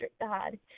God